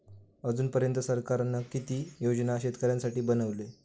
अजून पर्यंत सरकारान किती योजना शेतकऱ्यांसाठी बनवले?